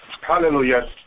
Hallelujah